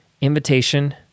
invitation